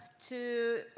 to